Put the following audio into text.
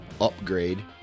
upgrade